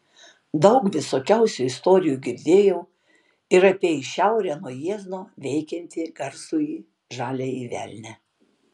daug visokiausių istorijų girdėjau ir apie į šiaurę nuo jiezno veikiantį garsųjį žaliąjį velnią